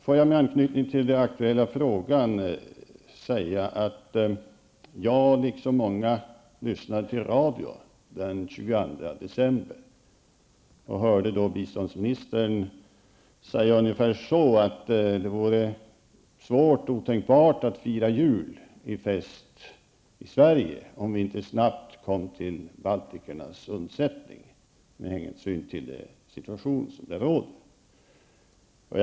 Får jag med anknyting till den aktuella frågan säga att jag, liksom många andra, lyssnade på radion den 22 december. Vi hörde då biståndsministern säga ungefär att det vore otänkbart att fira jul i fest i Sverige om vi inte snabbt kom till balternas undsättning, med hänsyn till den situation som rådde där.